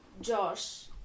Josh